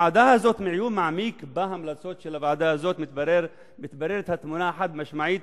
מעיון מעמיק בהמלצות של הוועדה הזאת מתבררת התמונה החד-משמעית: